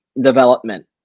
development